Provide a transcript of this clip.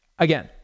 Again